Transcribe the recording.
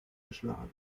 geschlagen